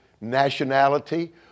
nationality